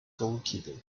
goalkeeper